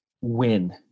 win